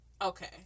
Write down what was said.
Okay